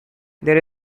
there